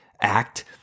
act